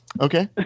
okay